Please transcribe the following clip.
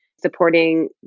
supporting